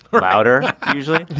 browder usually